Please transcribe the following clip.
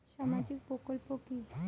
সামাজিক প্রকল্প কি?